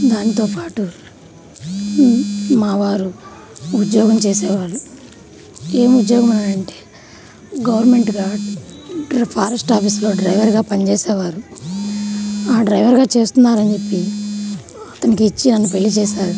దానితో పాటు మావారు ఉద్యోగం చేసేవాళ్ళు ఏం ఉద్యోగం అని అంటే గవర్నమెంటుగా ఫారెస్ట్ ఆఫీస్లో డ్రైవర్గా పని చేసేవారు ఆ డ్రైవర్గా చేస్తున్నారని చెప్పి అతనికిచ్చి నన్ను పెళ్ళి చేసారు